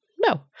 No